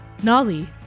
Nali